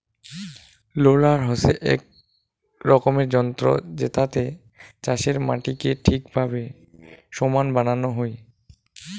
roller হসে এক রকমের যন্ত্র জেতাতে চাষের মাটিকে ঠিকভাবে সমান বানানো হই